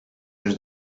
już